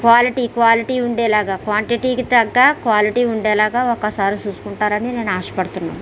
quality quality ఉండేలాగా క్వాంటిటీకి తగ్గ క్వాలిటీ ఉండేలాగా ఒకసారి చూసుకుంటారని నేను ఆశపడుతున్నాను